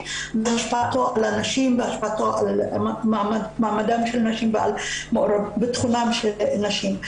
והשפעתו על נשים ועל מעמדן של נשים ובטחונן של נשים.